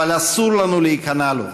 אבל אסור לנו להיכנע לו.